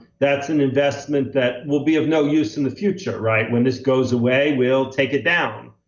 that's an investment that will be of no use in the future, right? when this goes away, we'll take it down,